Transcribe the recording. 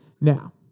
Now